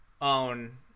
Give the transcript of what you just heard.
own